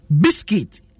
biscuit